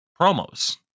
promos